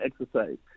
exercise